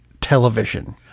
television